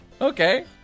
Okay